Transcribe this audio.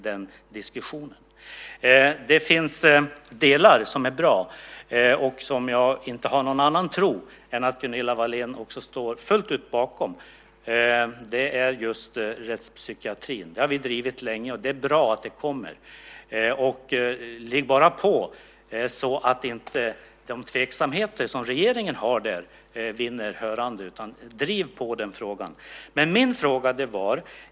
Det finns delar som är bra, och jag har ingen annan tro än att Gunilla Wahlén fullt ut står bakom dem. Det gäller rättspsykiatrin. Det har vi drivit länge, och det är bra att det kommer. Ligg bara på så att inte de tveksamheter som regeringen har där vinner gehör! Driv på den frågan!